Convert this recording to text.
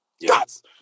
Yes